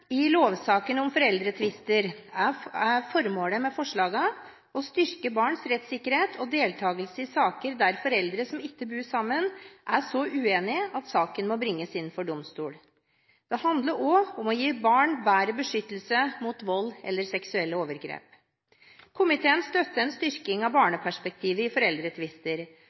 I lovsaken om foreldretvister er formålet med forslagene å styrke barns rettssikkerhet og deltakelse i saker der foreldre som ikke bor sammen, er så uenige at saken må bringes inn for domstolen. Det handler også om å gi barn bedre beskyttelse mot vold eller seksuelle overgrep. Komiteen støtter en styrking av barneperspektivet i foreldretvister,